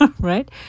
right